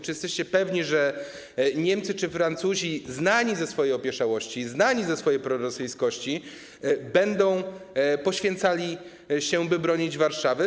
Czy jesteście pewni, że Niemcy czy Francuzi znani ze swojej opieszałości, znani ze swojej prorosyjskości, będą poświęcali się, by bronić Warszawy?